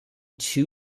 two